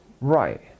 Right